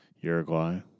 Uruguay